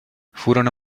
furono